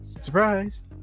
surprise